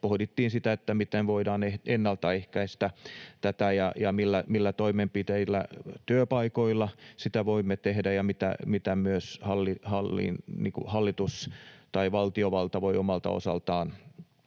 pohdittiin sitä, miten voidaan ennaltaehkäistä tätä ja millä toimenpiteillä työpaikoilla voimme tehdä sitä ja mitä myös hallitus tai valtiovalta voi omalta osaltaan